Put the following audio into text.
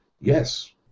yes